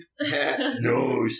No